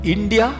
India